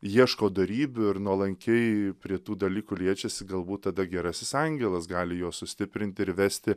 ieško dorybių ir nuolankiai prie tų dalykų liečiasi galbūt tada gerasis angelas gali juos sustiprint ir vesti